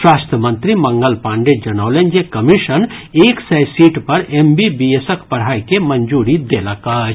स्वास्थ्य मंत्री मंगल पांडेय जनौलनि जे कमीशन एक सय सीट पर एमबीबीएसक पढ़ाई के मंजूरी देलक अछि